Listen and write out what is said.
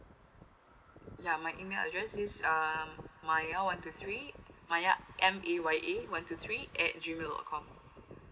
ya my email address is um maya one two three maya m a y a one two three at G mail dot com